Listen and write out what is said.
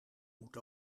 moet